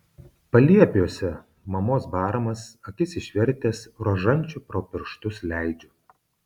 paliepiuose mamos baramas akis išvertęs rožančių pro pirštus leidžiu